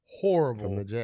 horrible